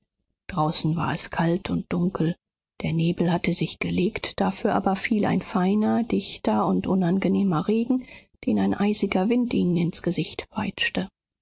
draußen war es kalt und dunkel der nebel hatte sich gelegt dafür aber fiel ein feiner dichter und unangenehmer regen den ein eisiger wind ihnen ins gesicht peitschte